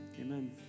amen